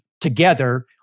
together